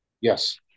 Yes